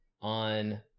on